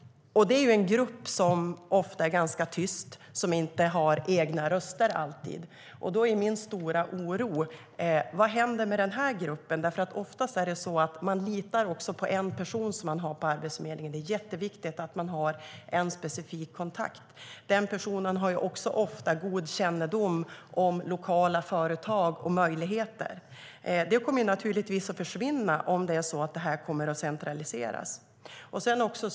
Det är en grupp människor som ofta är ganska tyst, som inte alltid har egna röster. Då är min stora oro: Vad händer med den gruppen? Oftast litar man på en person som man har på Arbetsförmedlingen. Det är jätteviktigt att man har en specifik kontakt. Den personen har också ofta god kännedom om lokala företag och möjligheter. Detta kommer naturligtvis att försvinna, om verksamheten kommer att centraliseras.